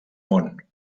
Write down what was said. món